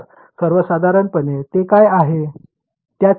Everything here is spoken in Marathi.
तर सर्वसाधारणपणे ते काय आहे